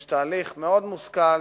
יש תהליך מאוד מושכל,